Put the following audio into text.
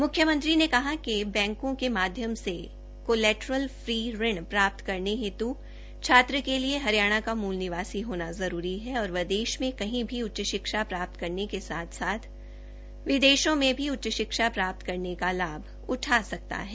मुख्यमंत्री ने कहा है कि बैंकों के माध्यम से कोलैटरल फ्री ऋण प्राप्त करने हेत् छात्र के लिए हरियाणा का मूल निवासी होना जरूरी है और वह देश में कहीं भी उच्च शिक्षा प्राप्त करने के साथ साथ विदेशों में भी उच्च शिक्षा प्राप्त करने का लाभ उठा सकता है